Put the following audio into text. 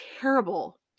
terrible